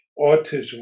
autism